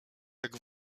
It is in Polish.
jak